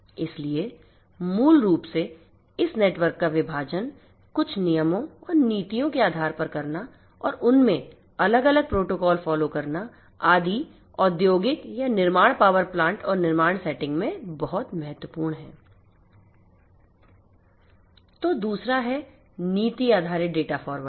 इसलिए मूल रूप से इस नेटवर्क का विभाजन कुछ नियमों और नीतियों के आधार पर करना और उनमें अलग अलग प्रोटोकॉल फॉलो करनाआदि औद्योगिक या निर्माण पावर प्लांट और निर्माण सेटिंग में बहुत महत्वपूर्ण है तो दूसरा है नीति आधारित डेटा फॉरवर्डिंग